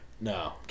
No